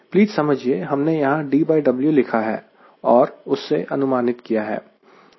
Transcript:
please समझिए हमने यहां DW लिखा है और उससे अनुमानित किया है 1CLCD से